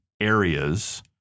areas